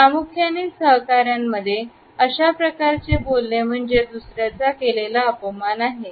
प्रमुख्याने सहकार्यांमध्ये अशा प्रकारचे बोलणे म्हणजे दुसऱ्याचा केलेला अपमान आहे